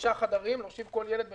חמישה חדרים להושיב כל ילד בנפרד.